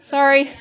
Sorry